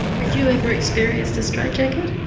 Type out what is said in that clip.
had you ever experienced a straitjacket?